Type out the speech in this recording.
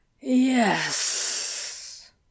Yes